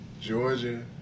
Georgia